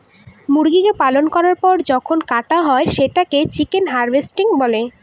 মুরগিকে পালন করার পর যখন কাটা হয় সেটাকে চিকেন হার্ভেস্টিং বলে